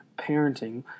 parenting